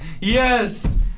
Yes